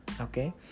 Okay